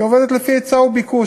היא עובדת לפי היצע וביקוש.